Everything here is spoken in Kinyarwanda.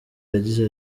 yagize